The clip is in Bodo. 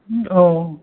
औ